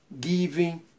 giving